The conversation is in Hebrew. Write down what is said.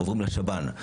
עוברים לשב"ן,